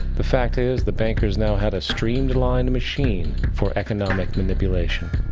the fact is the bankers now had a streamlined machine for economic manipulation.